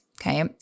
Okay